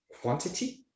quantity